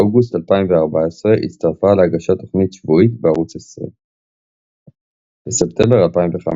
באוגוסט 2014 הצטרפה להגשת תוכנית שבועית בערוץ 20. בספטמבר 2015